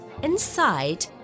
Inside